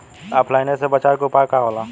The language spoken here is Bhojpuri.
ऑफलाइनसे बचाव के उपाय का होला?